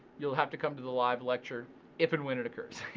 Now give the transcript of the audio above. you'll have to come to the live lecture if and when it occurs.